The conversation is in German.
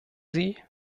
sie